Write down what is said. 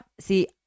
see